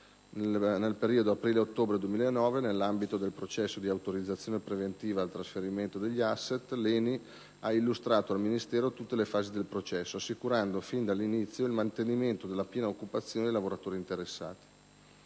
Nel periodo aprile-ottobre 2009, nell'ambito del processo di autorizzazione preventiva al trasferimento degli *asset*, l'ENI ha illustrato al Ministero tutte le fasi del processo, assicurando fin dall'inizio il mantenimento della piena occupazione dei lavoratori interessati.